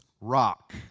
rock